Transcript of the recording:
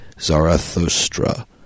Zarathustra